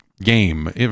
game